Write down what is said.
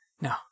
no